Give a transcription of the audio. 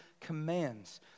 commands